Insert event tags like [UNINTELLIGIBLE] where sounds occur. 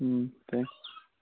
ꯎꯝ [UNINTELLIGIBLE]